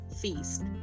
feast